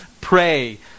pray